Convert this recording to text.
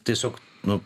tiesiog nu